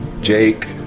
Jake